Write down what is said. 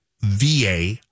VA